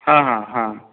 ହଁ ହଁ ହଁ